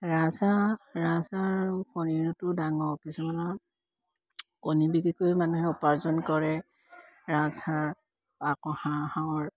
ৰাজহাঁহ ৰাজহাঁহ আৰু কণীতো ডাঙৰ কিছুমানৰ কণী বিক্ৰী কৰিও মানুহে উপাৰ্জন কৰে ৰাজহাঁহৰ আকৌ হাঁহৰ